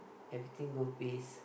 everything go pace